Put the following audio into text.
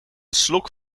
slok